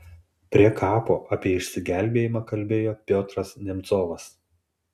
prie kapo apie išsigelbėjimą kalbėjo piotras nemcovas